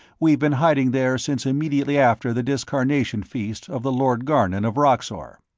we've been hiding there since immediately after the discarnation feast of the lord garnon of roxor.